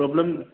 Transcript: problem